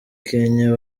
kenya